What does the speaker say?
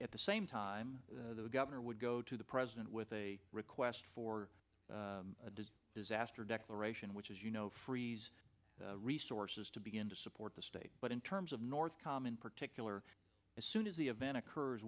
at the same time the governor would go to the president with a request for a does disaster declaration which is you know frees resources to begin to support the state but in terms of north com in particular as soon as the event occurs